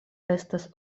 estas